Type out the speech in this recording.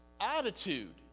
attitude